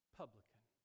publican